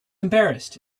embarrassed